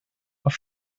auf